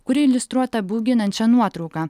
kuri iliustruota bauginančia nuotrauka